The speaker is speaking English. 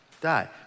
die